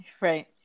right